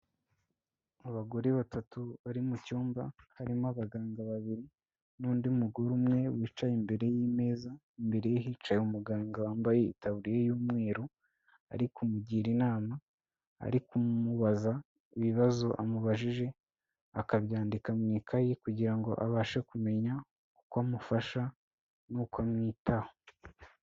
Abagore batatu bari mu cyumba, harimo abaganga babiri, n'undi mugore umwe, wicaye imbere y'imeza, imbere ye hicaye umuganga wambaye itaburiya y'umweru, ari kumugira inama, ari kumubaza, ibibazo amubajije, akabyandika mu ikayi, kugira ngo abashe kumenya uko amufasha, n'uko amwitaho.